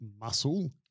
muscle